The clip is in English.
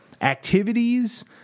activities